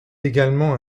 également